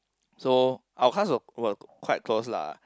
so our class were were quite close lah